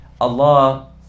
Allah